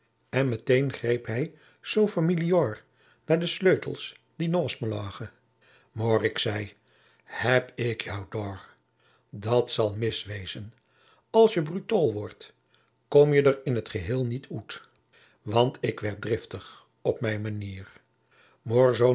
en met een greep hij maôr zoo familjoâr naar de sleutels die noâst me lagen moâr ik zei heb ik jou doâr dat zal mis wèzen as je brutoâl wordt komje der in t geheel niet oet want ik jacob van lennep de pleegzoon werd driftig op mijn manier